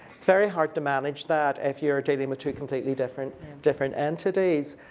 it's very hard to manage that if you're dealing with two completely different different entities.